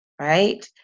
right